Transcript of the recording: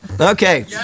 Okay